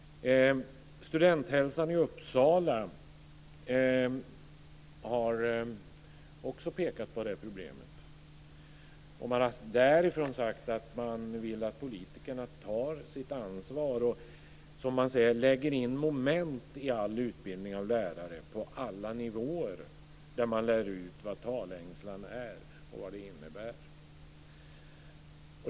Studenthälsan i Uppsala har också pekat på detta problem. Man har därifrån sagt att man vill att politikerna tar sitt ansvar och, som man säger, lägger in moment i all utbildning av lärare på alla nivåer där man lär ut vad talängslan är och vad det innebär.